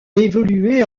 évolué